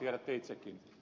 tiedätte itsekin